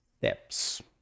steps